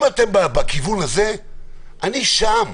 אם אתם בכיוון הזה, אני שם.